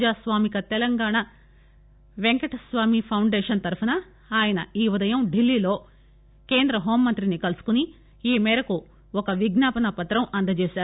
ప్రజాస్వామిక తెలంగాణ వెంకట స్వామి ఫౌండేషన్ తరఫున ఆయన ఈ ఉదయం ఢిల్లీలో కేంద్ర హోంమంత్రిని కలుసుకొని ఈ మేరకు ఒక విజ్ఞాపన పత్రం అందజేశారు